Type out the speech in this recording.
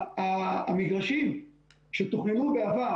המגרשים שתוכננו בעבר,